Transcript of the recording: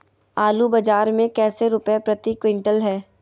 आलू बाजार मे कैसे रुपए प्रति क्विंटल है?